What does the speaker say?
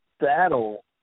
battle